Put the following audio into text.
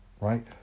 right